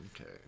Okay